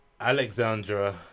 Alexandra